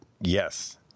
Yes